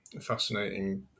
fascinating